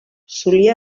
solia